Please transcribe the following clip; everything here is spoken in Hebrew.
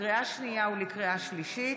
לקריאה השנייה ולקריאה השלישית,